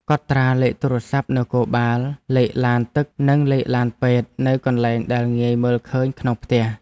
កត់ត្រាលេខទូរស័ព្ទនគរបាលលេខឡានទឹកនិងលេខឡានពេទ្យនៅកន្លែងដែលងាយមើលឃើញក្នុងផ្ទះ។